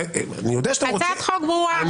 אני יודע שאתם רוצים -- הצעת חוק ברורה.